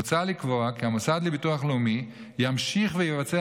מוצע לקבוע כי המוסד לביטוח לאומי ימשיך ויבצע